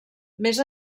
més